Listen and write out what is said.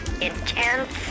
intense